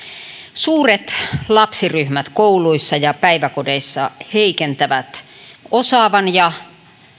suuret lapsiryhmät kouluissa ja päiväkodeissa heikentävät osaavan ja